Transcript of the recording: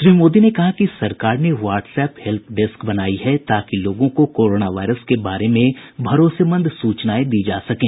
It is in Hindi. श्री मोदी ने कहा कि सरकार ने ह्वाटएप से सम्पर्क कर ेल्प डेस्क बनाई है ताकि लोगों को कोरोना वायरस के बारे में भरोसेमंद सूचनाएं दी जा सकें